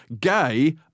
Gay